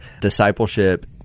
discipleship